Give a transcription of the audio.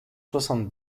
soixante